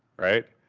right?